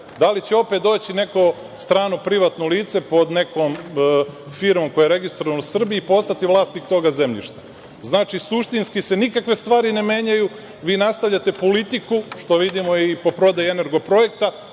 Da li će opet doći neko strano privatno lice pod nekom firmom koja je registrovana u Srbiji i postati vlasnik tog zemljišta? Znači, suštinski se nikakve stvari ne menjaju. Vi nastavljate politiku, što vidimo i po prodaji Energoprojekta,